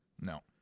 No